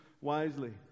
wisely